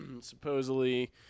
supposedly